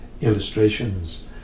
illustrations